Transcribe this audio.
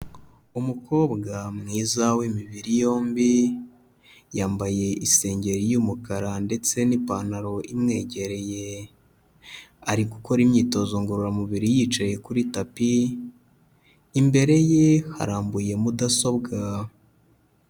Umukobwa mwiza w'imibiri yombi, yambaye isengeri y'umukara ndetse n'ipantaro imwegereye, ari gukora imyitozo ngororamubiri yicaye kuri tapi, imbere ye harambuye mudasobwa.